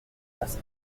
has